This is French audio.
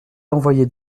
envoyer